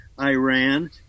Iran